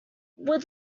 would